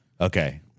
okay